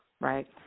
right